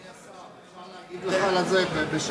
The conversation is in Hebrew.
אדוני השר, אני יכול להגיד לך את זה במשפט?